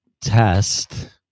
Test